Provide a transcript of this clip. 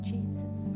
Jesus